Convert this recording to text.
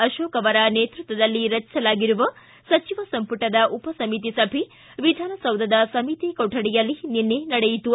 ಅಶೋಕ ಅವರ ನೇತೃತ್ವದಲ್ಲಿ ರಚಿಸಲಾಗಿರುವ ಸಚಿವ ಸಂಪುಟದ ಉಪಸಮಿತಿ ಸಭೆ ವಿಧಾನಸೌಧದ ಸಮಿತಿ ಕೊಠಡಿಯಲ್ಲಿ ನಿನ್ನೆ ನಡೆಯಿತು